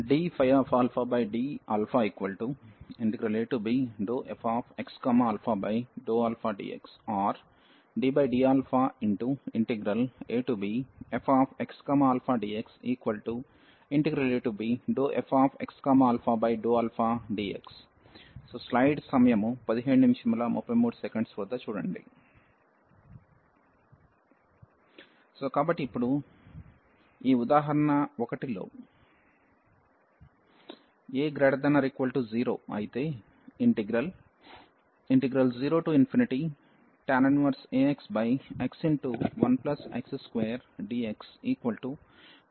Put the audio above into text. ddαab∂fxα∂αdx OR ddαabfxαdxab∂fxα∂αdx కాబట్టి ఇప్పుడు ఈ ఉదాహరణ 1 లో a≥0 అయితే ఇంటిగ్రల్ 0tan 1axx1x2dx2ln 1a అని చూపిస్తాము